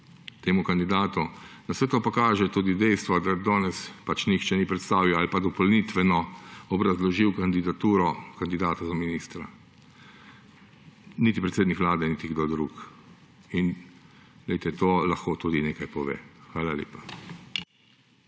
temu kandidatu. Na vse to pa kaže tudi dejstvo, da danes pač nihče ni predstavil ali pa dopolnitveno obrazložil kandidature kandidata za ministra. Niti predsednik vlade niti kdo drug. In glejte, to lahko tudi nekaj pove. Hvala lepa.